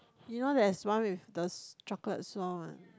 you know there is one with the chocolate swirl one